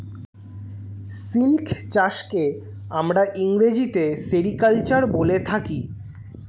silk চাষকে আমরা ইংরেজিতে সেরিকালচার বলে থাকি